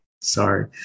Sorry